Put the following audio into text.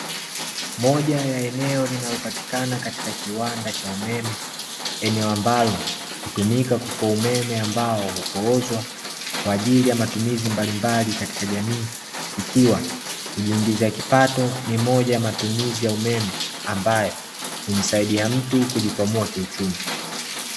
Moja ya eneo linalopatikana katika kiwanda cha umeme, eneo ambalo hutumika kufua umeme ambao hupoozwa kwa ajili ya matumizi mbalimbali katika jamii, ikiwa kujiingizia kipato ni moja ya matumizi ya umeme ambayo humsaidia mtu kujikwamua kiuchumi.